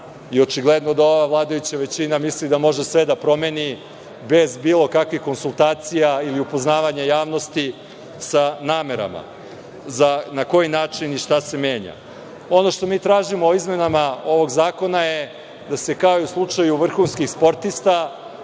i očigledno da ova vladajuća većina misli da može sve da promeni, bez bilo kakvih konsultacija ili upoznavanja javnosti sa namerama na koji način i šta se menja. Ono što mi tražimo izmenama ovog zakona je da se, kao i u slučaju vrhunskih sportista,